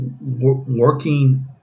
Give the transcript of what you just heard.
working